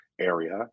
area